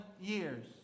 years